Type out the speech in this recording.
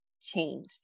change